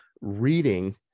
reading